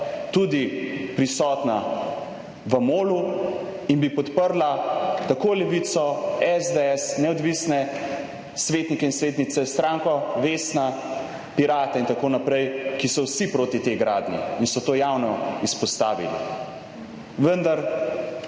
tudi prisotna v MOL-u in bi podprla tako Levico, SDS, neodvisne svetnike in svetnice, stranko Vesna, Pirate in tako naprej, ki so vsi proti tej gradnji in so to javno izpostavili. Vendar